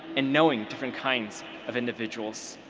and knowing different kinds of individuals.